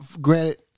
granted